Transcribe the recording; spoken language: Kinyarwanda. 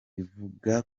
ivuga